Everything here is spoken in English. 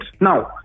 Now